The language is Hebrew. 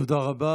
תודה רבה.